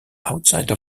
outside